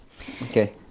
Okay